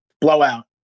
blowout